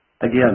Again